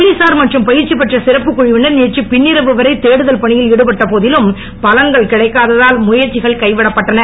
போலீசார் மற்றும் பயிற்சி பெற்ற கிறப்பு குழுவினர் நேற்று பின்னிரவு வரை தேடுதல் பணியில் ஈடுபட்ட போதிலும் பலன் கிடைக்காததால் முயற்சிகள் கைவிடப்பட்டன